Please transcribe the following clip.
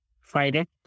Friday